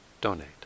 donate